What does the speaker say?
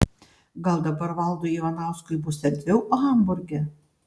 gal dabar valdui ivanauskui bus erdviau hamburge